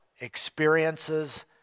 experiences